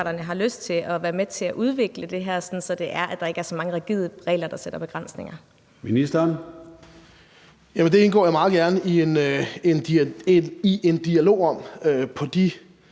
Det indgår jeg meget gerne i en dialog om i